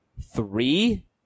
Three